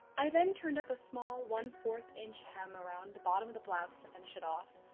i then turned up a small one fourth inch hem around the bottom of the blouse to finish it off,